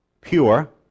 pure